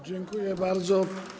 Dziękuję bardzo.